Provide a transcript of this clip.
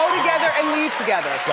together and leave together,